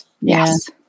Yes